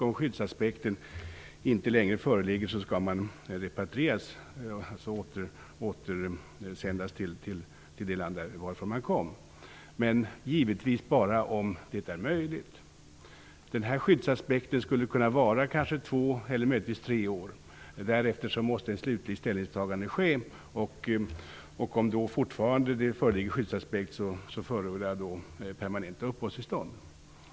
Om skyddsaspekten inte längre föreligger skall personerna repatrieras, dvs. återsändas till det land varifrån de kom. Men givetvis bara om det är möjligt. Skyddsaspekten skulle kunna vara två eller möjligtvis tre år. Därefter måste ett slutligt ställningstagande ske. Om skyddsaspekt då fortfarande föreligger förordar jag permanent uppehållstillstånd.